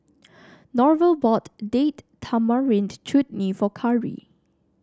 Norval bought Date Tamarind Chutney for Karri